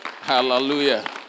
Hallelujah